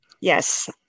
Yes